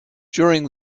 during